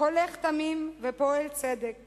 הולך תמים ופועל צדק